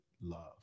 love